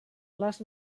les